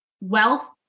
wealth